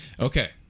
okay